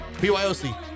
Byoc